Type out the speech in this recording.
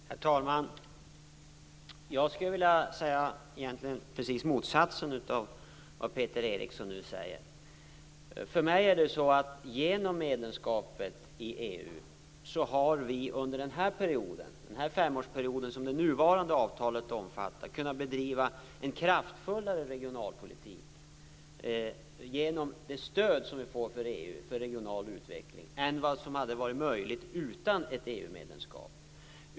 Herr talman! Jag skulle vilja säga precis motsatsen till vad Peter Eriksson nu säger. Genom medlemskapet i EU har vi under den femårsperiod som det nuvarande avtalet omfattar kunnat bedriva en kraftfullare regionalpolitik med det stöd som vi får för regional utveckling än vad som hade varit möjligt utan ett EU medlemskap.